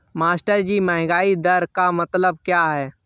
मास्टरजी महंगाई दर का मतलब क्या है?